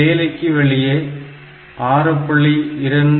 செயலிக்கு வெளியே 6